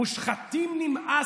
"מושחתים, נמאסתם",